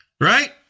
Right